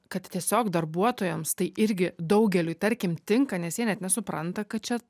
kad tiesiog darbuotojams tai irgi daugeliui tarkim tinka nes jie net nesupranta kad čia